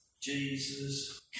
Jesus